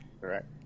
correct